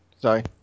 sorry